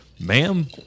ma'am